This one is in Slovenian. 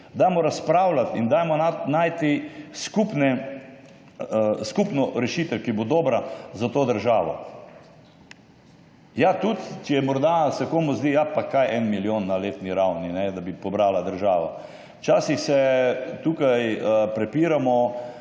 Dajmo razpravljati in dajmo najti skupno rešitev, ki bo dobra za to državo. Ja, tudi če se morda komu zdi, ja pa kaj je 1 milijon na letni ravni, da bi pobrala država. Včasih se tukaj prepiramo